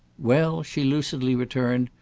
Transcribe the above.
well, she lucidly returned,